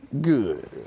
Good